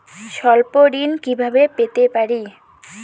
স্বল্প ঋণ কিভাবে পেতে পারি?